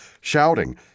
shouting